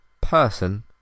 person